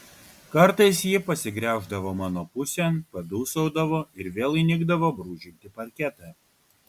kartais ji pasigręždavo mano pusėn padūsaudavo ir vėl įnikdavo brūžinti parketą